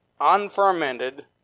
Unfermented